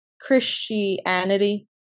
Christianity